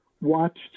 watched